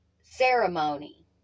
ceremony